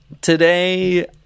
Today